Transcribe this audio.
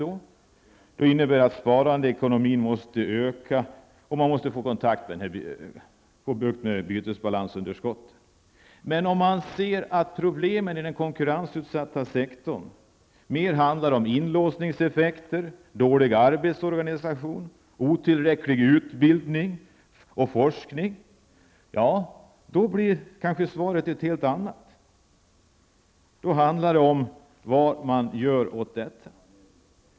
Det innebär att sparandeekonomin måste öka och att man måste få bukt med bytesbalansunderskottet. Men om man ser att problemen i den konkurrensutsatta sektorn mer handlar om inlåsningseffekter, dåliga arbetsorganisationer samt otillräcklig utbildning och forskning, blir svaret kanske ett helt annat. Då gäller det vad man skall göra åt detta.